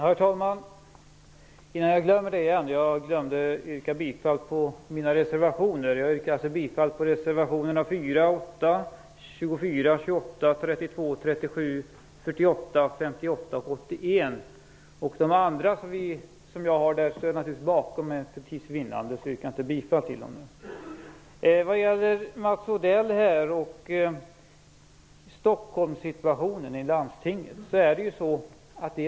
Herr talman! Jag glömde tidigare att yrka bifall till mina reservationer, så jag vill därför nu yrka bifall till reservationerna 4, 8, 24, 28, 32, 37, 48, 58 och 81. Jag står naturligtvis också bakom Miljöpartiets övriga reservationer, men för tids vinnande yrkar jag inte bifall till dem.